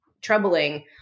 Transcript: troubling